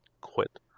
quit